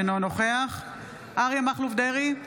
אינו נוכח אריה מכלוף דרעי,